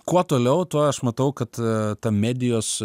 kuo toliau tuo aš matau kad ta medijos